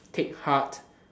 take heart